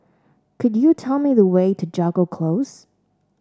could you tell me the way to Jago Close